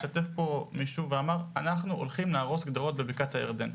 השתתף מישהו ואמר: אנחנו הולכים להרוס גדרות בבקעת הירדן.